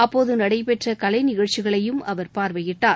அப்போது நடைபெற்ற கலைநிகழ்ச்சிகளையும் அவர் பார்வையிட்டார்